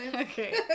Okay